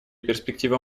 перспектива